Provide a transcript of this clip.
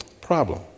problem